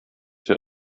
wir